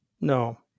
No